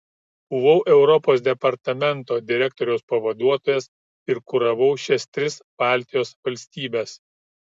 buvau europos departamento direktoriaus pavaduotojas ir kuravau šias tris baltijos valstybes